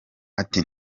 ati